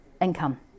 income